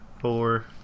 four